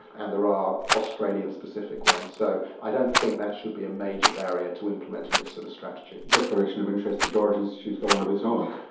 and there are australian specific ones. so i don't think that should be a major barrier to implementing this sort of strategy. declaration of interest the george institute has got one of its own.